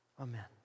amen